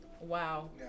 Wow